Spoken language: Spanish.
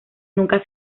nunca